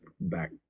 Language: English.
back